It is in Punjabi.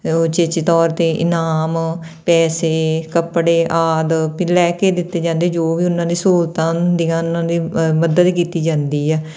ਉਚੇਚੇ ਤੌਰ 'ਤੇ ਇਨਾਮ ਪੈਸੇ ਕੱਪੜੇ ਆਦਿ ਲੈ ਕੇ ਦਿੱਤੇ ਜਾਂਦੇ ਜੋ ਵੀ ਉਹਨਾਂ ਦੀ ਸਹੂਲਤਾਂ ਹੁੰਦੀਆਂ ਉਹਨਾਂ ਦੀ ਮ ਮਦਦ ਕੀਤੀ ਜਾਂਦੀ ਆ